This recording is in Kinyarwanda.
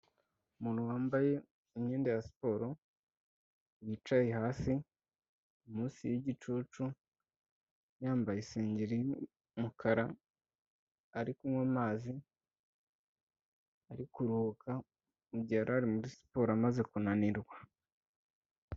Umuntu wambaye imyenda ya siporo, yicaye hasi munsi y'igicucu, yambaye isengeri y'umukara ari kunywa amazi, ari kuruhuka mu gihe yari ari muri siporo amaze kunanirwa.